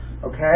okay